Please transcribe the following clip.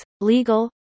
legal